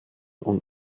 und